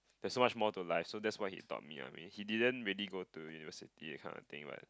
there's so much more to life so that's what he taught me uh he didn't really go to university that kind of thing but